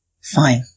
Fine